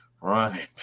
running